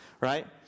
Right